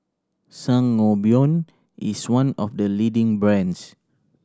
Sangobion is one of the leading brands